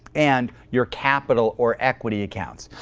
and your capital or equity accounts.